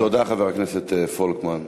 תודה, חבר הכנסת פולקמן.